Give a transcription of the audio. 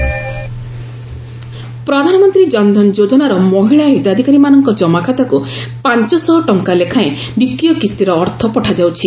ଗଭ୍ PM GKY ପ୍ରଧାନମନ୍ତ୍ରୀ ଜନଧନ ଯୋଜନାର ମହିଳା ହିତାଧିକାରୀମାନଙ୍କ ଜମାଖାତାକ୍ ପାଞ୍ଚ ଶହ ଟଙ୍କା ଲେଖାଏଁ ଦ୍ୱିତୀୟ କିସ୍ତିର ଅର୍ଥ ପଠାଯାଉଛି